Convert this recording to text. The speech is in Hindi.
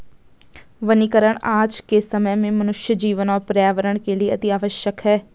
वनीकरण आज के समय में मनुष्य जीवन और पर्यावरण के लिए अतिआवश्यक है